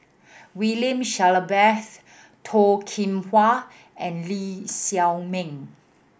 William Shellabear's Toh Kim Hwa and Lee Shao Meng